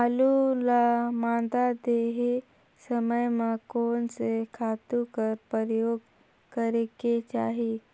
आलू ल मादा देहे समय म कोन से खातु कर प्रयोग करेके चाही?